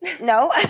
No